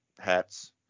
hats